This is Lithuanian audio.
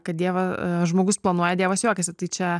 kad dievą žmogus planuoja dievas juokiasi tai čia